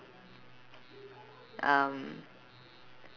um